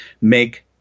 make